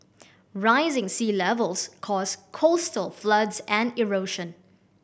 rising sea levels cause coastal floods and erosion